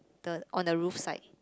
the on the roof side